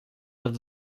dat